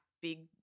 big